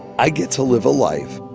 i get to live a life